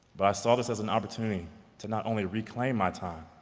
but i saw this as an opportunity to not only reclaim my time,